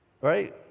right